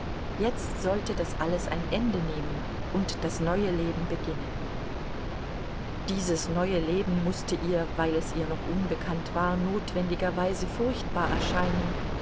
jetzt sollte das alles ein ende nehmen und das neue leben beginnen dieses neue leben mußte ihr weil es ihr noch unbekannt war notwendigerweise furchtbar erscheinen